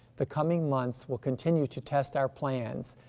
the coming months we'll continue to test our plans,